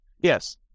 Yes